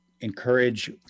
encourage